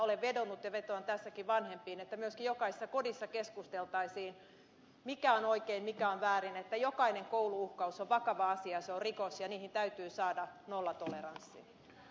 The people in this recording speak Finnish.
olen vedonnut ja vetoan tässäkin vanhempiin että myöskin jokaisessa kodissa keskusteltaisiin siitä mikä on oikein ja mikä on väärin siitä että jokainen koulu uhkaus on vakava asia se on rikos ja niihin täytyy saada nollatoleranssi